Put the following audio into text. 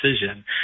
decision